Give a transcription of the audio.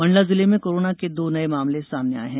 मंडला जिले में कोरोना के दो नये मामले सामने आये हैं